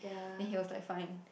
then he was like fine